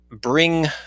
bring